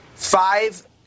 Five